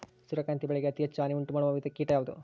ಸೂರ್ಯಕಾಂತಿ ಬೆಳೆಗೆ ಅತೇ ಹೆಚ್ಚು ಹಾನಿ ಉಂಟು ಮಾಡುವ ಕೇಟ ಯಾವುದು?